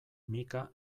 micka